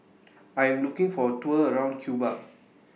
I Am looking For A Tour around Cuba